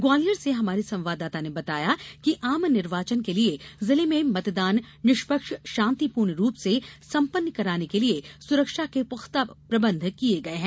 ग्वालियर से हमारे संवाददाता ने बताया है कि आम निर्वाचन के लिए जिले में मतदान निष्पक्ष शांतिपूर्ण रूप से सम्पन्न कराने के लिए सुरक्षा के पुख्ता प्रबंध किए गए हैं